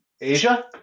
Asia